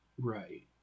Right